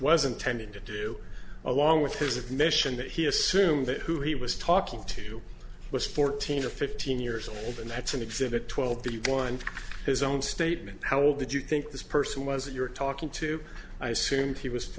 wasn't tending to do along with his admission that he assumed that who he was talking to was fourteen or fifteen years old and that's an exhibit twelve one for his own statement how old did you think this person was you're talking to i assumed he was